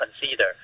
consider